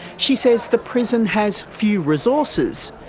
she says the prison has few resources,